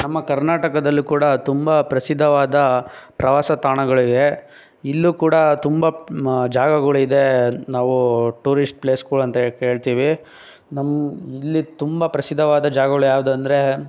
ನಮ್ಮ ಕರ್ನಾಟಕದಲ್ಲೂ ಕೂಡ ತುಂಬ ಪ್ರಸಿದ್ಧವಾದ ಪ್ರವಾಸ ತಾಣಗಳಿವೆ ಇಲ್ಲೂ ಕೂಡ ತುಂಬ ಜಾಗಗಳಿದೆ ನಾವು ಟೂರಿಸ್ಟ್ ಪ್ಲೇಸ್ಗಳು ಅಂತ ಕೇಳ್ತೀವಿ ನಮ್ಮ ಇಲ್ಲಿ ತುಂಬ ಪ್ರಸಿದ್ಧವಾದ ಜಾಗಗಳು ಯಾವುದಂದ್ರೆ